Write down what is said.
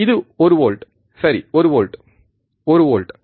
இது ஒரு வோல்ட் சரி 1 வோல்ட் 1 வோல்ட்